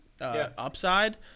upside